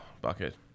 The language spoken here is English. bucket